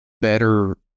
better